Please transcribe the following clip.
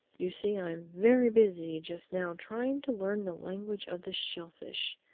you see i'm very busy just now trying to learn the language of the shellfish.